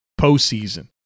postseason